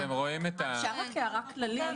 אפשר רק הערה כללית?